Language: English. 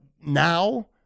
now